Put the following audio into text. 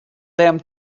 them